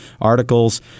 articles